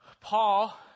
Paul